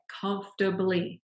comfortably